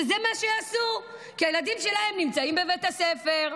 שזה מה שיעשו, כי הילדים שלהם נמצאים בבית הספר.